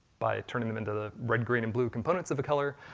by turning them into the red, green, and blue components of a color,